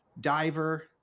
diver